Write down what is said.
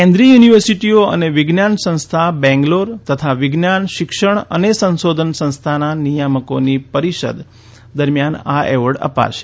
કેન્દ્રિય યુનિવર્સીટીઓ અને વિજ્ઞાન સંસ્થા બેંગ્લોર તથા વિજ્ઞાન શિક્ષણ અને સંશોધન સંસ્થાના નિયામકોની પરીષદ દરમિયાન આ એવોર્ડ અપાશે